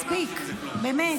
מספיק, באמת.